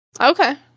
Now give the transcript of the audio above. Okay